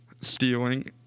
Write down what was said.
stealing